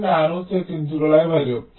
1 nano സെക്കന്റുകളായി വരും